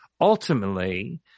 ultimately